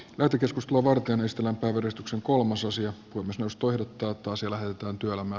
mäkikeskus lomalukemista todistuksen kolmas osio kun nosturikauppaa sillä nyt on työelämän